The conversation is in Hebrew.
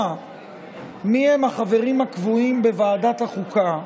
מיהם החברים הקבועים בוועדת החוקה,